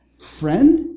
Friend